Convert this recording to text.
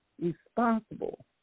responsible